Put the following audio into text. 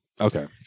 Okay